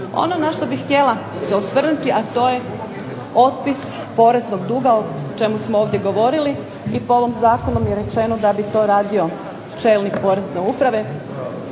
Ono na što bih htjela se osvrnuti a to je otpis poreznog duga o čemu smo ovdje govorili i po ovom zakonu je rečeno da bi to radio čelnik Porezne uprave,